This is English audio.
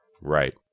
Right